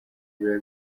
biba